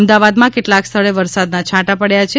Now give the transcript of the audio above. અમદાવાદમાં કેટલાક સ્થળે વરસાદના છાંટા પડયા છે